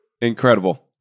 Incredible